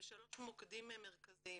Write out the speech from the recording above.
בשלושה מוקדים מרכזיים: